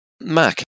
Mac